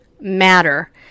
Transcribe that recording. matter